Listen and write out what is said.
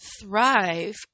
thrive